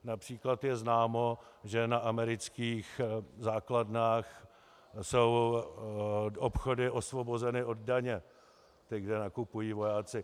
Například je známo, že na amerických základnách jsou obchody osvobozeny od daně, kde nakupují vojáci.